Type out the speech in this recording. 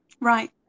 Right